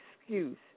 excuse